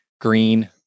green